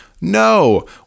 No